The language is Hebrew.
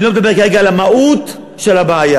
אני לא מדבר כרגע על המהות של הבעיה,